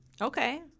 Okay